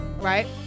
right